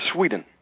Sweden